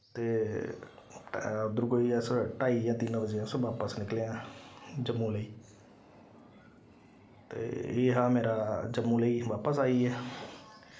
ते उद्धर कोई अस ढाई जां तिन्न बजे अस बापस निकले आं जम्मू लेई ते एह् हा मेरा जम्मू लेई बापस आई गे